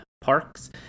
parks